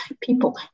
people